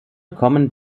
kommen